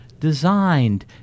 designed